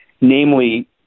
namely